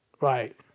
right